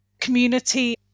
community